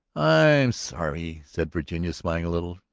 i am sorry, said virginia, smiling a little,